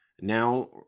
now